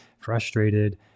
frustrated